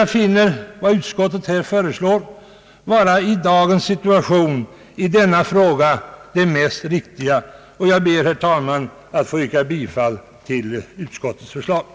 Jag fin ner utskottsmajoritetens förslag vara det mest riktiga i denna fråga i dagens situation. Herr talman! Jag ber att få yrka bifall till utskottets hemställan.